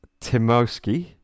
Timowski